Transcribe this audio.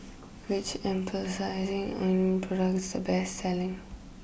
which Ointment product is the best selling